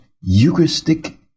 Eucharistic